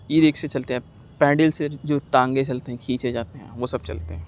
ای رکشے چلتے ہیں اب پینڈل سے جو جو ٹانگیں چلتے ہیں کھینچے جاتے ہیں وہ سب چلتے ہیں